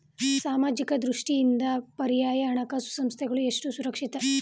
ಸಾಮಾಜಿಕ ದೃಷ್ಟಿಯಿಂದ ಪರ್ಯಾಯ ಹಣಕಾಸು ಸಂಸ್ಥೆಗಳು ಎಷ್ಟು ಸುರಕ್ಷಿತ?